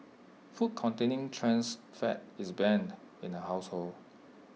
food containing trans fat is banned in her household